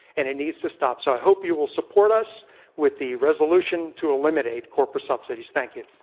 and it needs to stop. so i hope you will support us with the resolution to eliminate corporate subsidies. thank you.